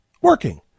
working